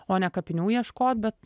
o ne kapinių ieškot bet